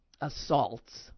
assaults